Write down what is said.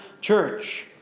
church